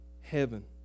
heaven